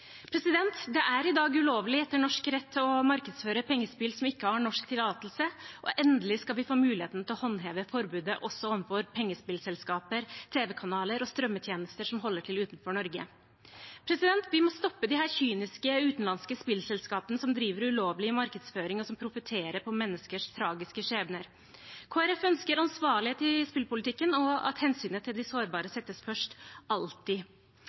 Det er i dag ulovlig etter norsk rett å markedsføre pengespill som ikke har norsk tillatelse, og endelig skal vi få muligheten til å håndheve forbudet også overfor pengespillselskaper, tv-kanaler og strømmetjenester som holder til utenfor Norge. Vi må stoppe disse kyniske utenlandske spillselskapene som driver ulovlig markedsføring og profitterer på menneskers tragiske skjebner. Kristelig Folkeparti ønsker ansvarlighet i spillpolitikken og at hensynet til de sårbare alltid settes først.